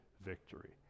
victory